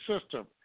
system